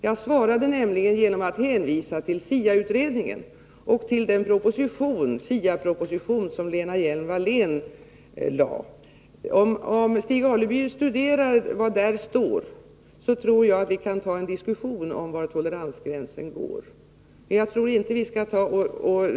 Jag svarade nämligen genom att hänvisa till SIA-utredningen och till den SIA-proposition som Lena Hjelm-Wallén framlagt. Om Stig Alemyr studerar vad där står anser jag att vi kan ta upp en diskussion om var toleransgränsen går.